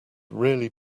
really